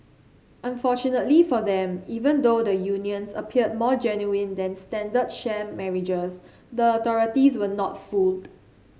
unfortunately for them even though the unions appeared more genuine than standard sham marriages the authorities were not fooled